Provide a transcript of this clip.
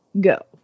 go